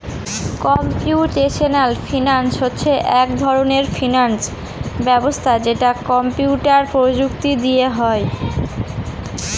computational ফিনান্স হচ্ছে এক ধরনের ফিনান্স ব্যবস্থা যেটা কম্পিউটার প্রযুক্তি দিয়ে হয়